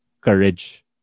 courage